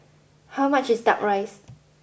how much is duck rice